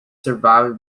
survived